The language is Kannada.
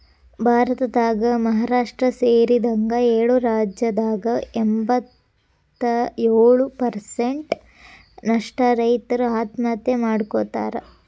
ಭಾರತದಾಗ ಮಹಾರಾಷ್ಟ್ರ ಸೇರಿದಂಗ ಏಳು ರಾಜ್ಯದಾಗ ಎಂಬತ್ತಯೊಳು ಪ್ರಸೆಂಟ್ ನಷ್ಟ ರೈತರು ಆತ್ಮಹತ್ಯೆ ಮಾಡ್ಕೋತಾರ